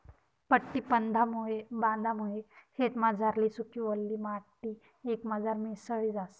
पट्टी बांधामुये शेतमझारली सुकी, वल्ली माटी एकमझार मिसळी जास